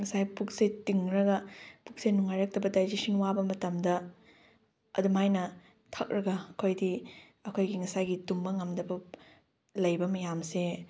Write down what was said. ꯉꯁꯥꯏ ꯄꯨꯛꯁꯦ ꯇꯤꯡꯂꯒ ꯄꯨꯛꯁꯦ ꯅꯨꯡꯉꯥꯏꯔꯛꯇꯕ ꯗꯥꯏꯖꯦꯁꯟ ꯋꯥꯕ ꯃꯇꯝꯗ ꯑꯗꯨꯃꯥꯏꯅ ꯊꯛꯑꯒ ꯑꯩꯈꯣꯏꯗꯤ ꯑꯩꯈꯣꯏꯒꯤ ꯉꯁꯥꯏꯒꯤ ꯇꯨꯝꯕ ꯉꯝꯗꯕ ꯂꯩꯕ ꯃꯌꯥꯝꯁꯦ